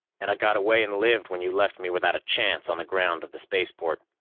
and i got away and lived when you left me without a chance on the ground of the spaceport.